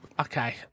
Okay